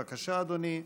בבקשה, אדוני.